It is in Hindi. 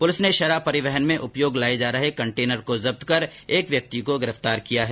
पुलिस ने शराब परिवहन में उपयोग लाए जा रहे कंटेनर को जब्त कर एक व्यक्ति को गिरफ्तार किया है